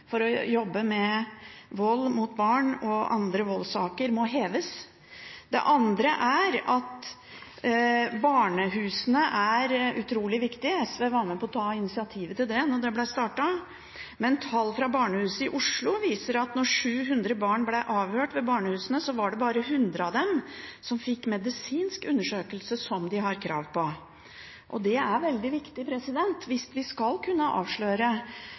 for å jobbe med vold mot barn og andre voldssaker må heves. Det andre er at barnehusene er utrolig viktige – SV var med på å ta initiativet til dem da det ble startet. Men tall fra barnehuset i Oslo viser at av 700 barn som ble avhørt ved barnehusene, var det bare 100 som fikk medisinsk undersøkelse, som de har krav på. Og det er veldig viktig, hvis vi skal kunne avsløre